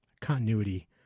continuity